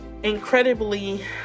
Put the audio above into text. incredibly